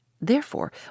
Therefore